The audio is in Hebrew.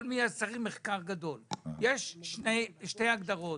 יש שתי הגדרות